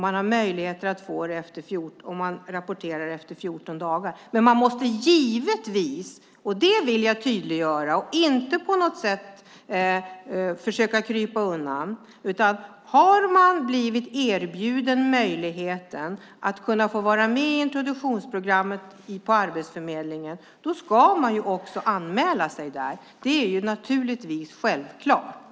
Man har möjlighet att få den efter 14 dagar, om man rapporterar det. Jag vill tydliggöra och inte försöka krypa undan att om man har blivit erbjuden möjligheten att få vara med i introduktionsprogrammet på Arbetsförmedlingen ska man också anmäla sig där. Det är naturligtvis självklart.